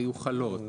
היו חלות.